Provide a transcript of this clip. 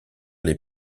les